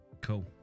Cool